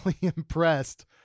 impressed